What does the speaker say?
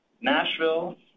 Nashville